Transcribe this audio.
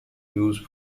used